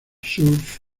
surf